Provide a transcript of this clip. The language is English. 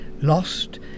lost